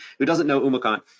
who doesn't know umacant.